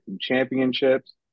Championships